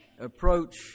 approach